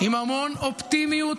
עם המון אופטימיות,